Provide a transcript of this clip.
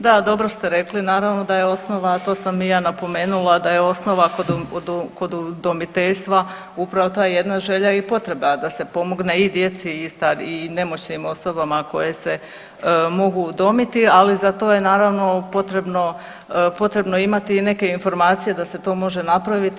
Da, dobro ste rekli naravno da je osnova, a to sam i ja napomenula, da je osnova kod udomiteljstva upravo ta jedna želja i potreba da se pomogne i djeci i nemoćnim osobama koje se mogu udomiti, ali za to je naravno potrebno, potrebno imati i neke informacije da se to može napraviti.